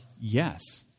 yes